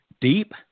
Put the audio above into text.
deep